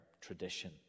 tradition